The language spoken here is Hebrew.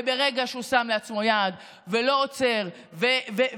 ברגע שהוא שם לעצמו יעד ולא עוצר ומציק